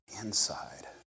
inside